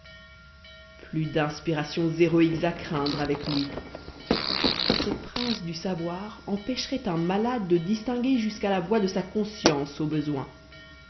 plus d'inspirations héroïques à craindre avec lui ce prince du savoir empêcherait un malade de distinguer jusqu'à la voix de sa conscience au besoin